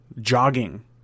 jogging